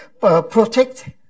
protect